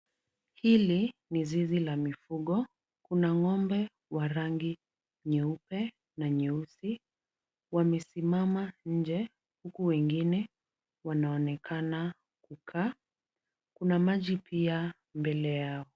Hili ni zizi la mifugo. Kuna ng'ombe wa rangi nyeupe na nyeusi. Wamesimama nje huku wengine wanaonekana kukaa. Kuna maji pia mbele yao.